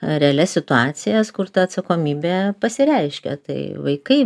realias situacijas kur ta atsakomybė pasireiškia tai vaikai